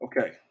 Okay